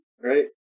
Right